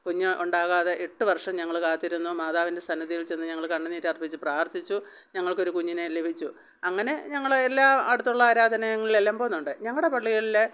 കുഞ്ഞ് ഉണ്ടാകാതെ എട്ട് വർഷം ഞങ്ങള് കാത്തിരുന്നു മാതാവിൻ്റെ സന്നിധിയിൽ ചെന്ന് ഞങ്ങള് കണ്ണുനീർ അർപ്പിച്ച് പ്രാർഥിച്ചു ഞങ്ങൾക്കൊരു കുഞ്ഞിനെ ലഭിച്ചു അങ്ങനെ ഞങ്ങള് എല്ലാ അടുത്തുള്ള ആരാധനാലയങ്ങളിലെല്ലാം പോകുന്നുണ്ട് ഞങ്ങളുടെ പള്ളികളില്